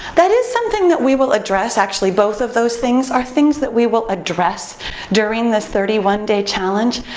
that is something that we will address, actually both of those things are things that we will address during this thirty one day challenge.